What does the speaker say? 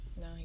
No